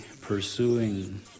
pursuing